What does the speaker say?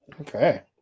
Okay